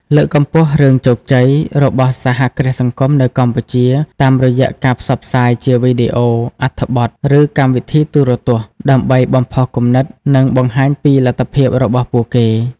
លើកកម្ពស់រឿងជោគជ័យ របស់សហគ្រាសសង្គមនៅកម្ពុជា តាមរយៈការផ្សព្វផ្សាយជាវីដេអូ អត្ថបទ ឬកម្មវិធីទូរទស្សន៍ ដើម្បីបំផុសគំនិត និងបង្ហាញពីលទ្ធភាពរបស់ពួកគេ ។